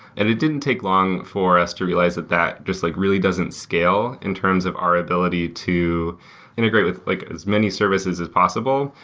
and it didn't take long for us to realize that that just like really doesn't scale in terms of our ability to integrate with like as many services as possible,